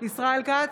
ישראל כץ,